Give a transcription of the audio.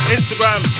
Instagram